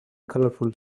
colorful